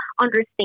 understand